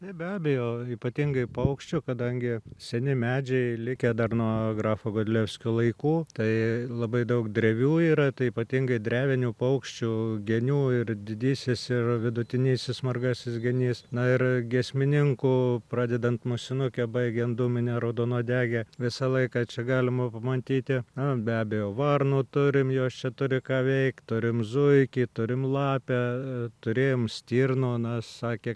taip be abejo ypatingai paukščio kadangi seni medžiai likę dar nuo grafo godlevskio laikų tai labai daug drevių yra tai ypatingai drevinių paukščių genių ir didysis ir vidutinysis margasis genys na ir giesmininkų pradedant musinuke baigiant dūmine raudonuodege visą laiką čia galima pamatyti na be abejo varnų turim jos čia turi ką veikt turim zuikį turim lapę turėjom stirną na sakė